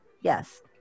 Yes